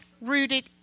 rooted